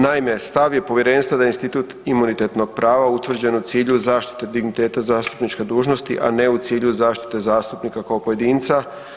Naime, stav je povjerenstva da institut imunitetnog prava utvrđeno u cilju zaštite digniteta zastupničke dužnosti, a ne u cilju zaštite zastupnika kao pojedinca.